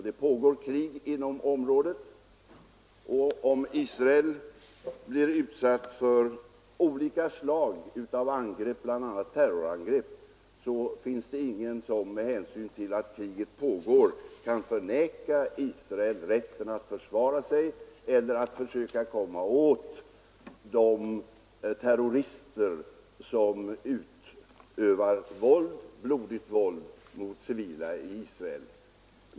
Det pågår krig i området, och om Israel blir utsatt för olika slags angrepp, bl.a. terrorangrepp, så är det med hänsyn till att krig pågår ingen som vill förneka Israel rätten att försvara sig eller att försöka komma åt de terrorister som utövar blodigt våld mot civila i Israel.